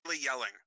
yelling